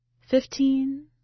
Fifteen